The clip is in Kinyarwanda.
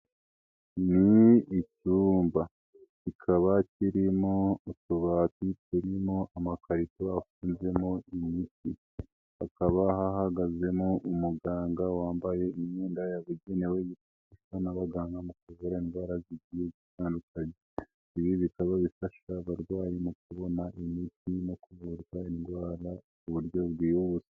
Ni icyumba kikaba kirimo utubati turimo amakarito afunzemo imiti. Hakaba hahagazemo umuganga wambaye imyenda yabugenewe yambarwa n'abaganga mu kuvura indwara z'igiye zitandukanye. Ibi bitabo bifasha abarwayi mu kubona imiti irimo kuvurwa indwara mu buryo bwihuse.